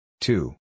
two